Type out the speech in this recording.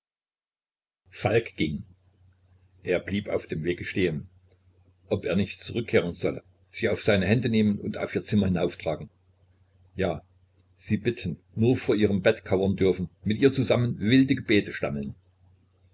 falk ging er blieb auf dem wege stehen ob er nicht zurückkehren solle sie auf seine hände nehmen und auf ihr zimmer hinauftragen ja sie bitten nur vor ihrem bett kauern dürfen mit ihr zusammen wilde gebete stammeln